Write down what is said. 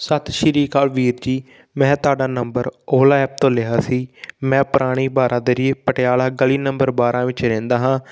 ਸਤਿ ਸ਼੍ਰੀ ਅਕਾਲ ਵੀਰ ਜੀ ਮੈਂ ਤੁਹਾਡਾ ਨੰਬਰ ਓਲਾ ਐਪ ਤੋਂ ਲਿਆ ਸੀ ਮੈਂ ਪੁਰਾਣੀ ਬਾਰਾਂਦਰੀ ਪਟਿਆਲਾ ਗਲੀ ਨੰਬਰ ਬਾਰ੍ਹਾਂ ਵਿੱਚ ਰਹਿੰਦਾ ਹਾਂ